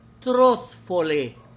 truthfully